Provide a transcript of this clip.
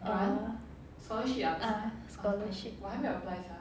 err uh scholarship